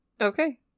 Okay